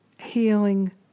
healing